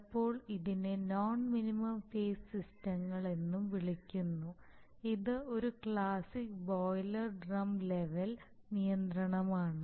ചിലപ്പോൾ ഇതിനെ non minimum phase സിസ്റ്റങ്ങൾ എന്നും വിളിക്കുന്നു ഇത് ഒരു ക്ലാസിക് ബോയിലർ ഡ്രം ലെവൽ നിയന്ത്രണമാണ്